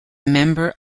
member